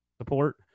support